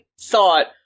thought